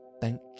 thank